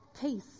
peace